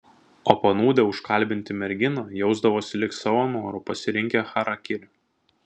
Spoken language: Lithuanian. o panūdę užkalbinti merginą jausdavosi lyg savo noru pasirinkę charakirį